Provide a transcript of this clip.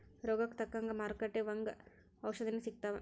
ರೋಗಕ್ಕ ತಕ್ಕಂಗ ಮಾರುಕಟ್ಟಿ ಒಂಗ ಔಷದೇನು ಸಿಗ್ತಾವ